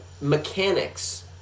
mechanics